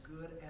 good